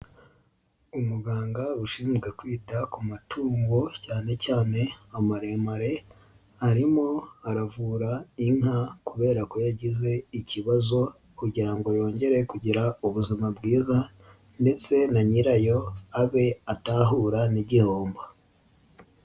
Umuganga ushinjzwe kwita ku matungo cyane cyane amaremare arimo aravura inka kubera ko yagize ikibazo kugira ngo yongere kugira ubuzima bwiza ndetse na nyira yo abe atahura n'igihombo.